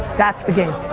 that's the game